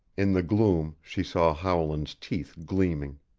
in the gloom she saw howland's teeth gleaming.